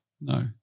No